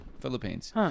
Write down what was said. Philippines